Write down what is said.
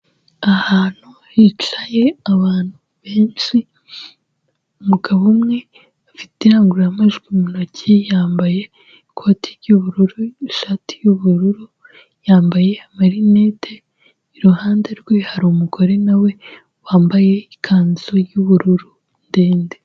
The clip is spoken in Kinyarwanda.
Ahantu hicaye abantu benshi, umugabo umwe afite indangururamajwi mu ntoki, yambaye ikoti ry'ubururu n'ishati y'ubururu, yambaye amarinete, iruhande rwe hari umugore na we wambaye ikanzu y'ubururu ndende.